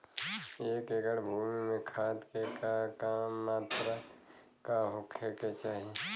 एक एकड़ भूमि में खाद के का मात्रा का होखे के चाही?